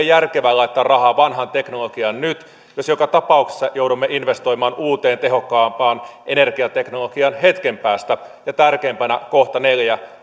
järkevää laittaa rahaa vanhaan teknologiaan nyt jos joka tapauksessa joudumme investoimaan uuteen tehokkaampaan energiateknologiaan hetken päästä ja tärkeimpänä neljä